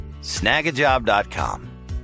Snagajob.com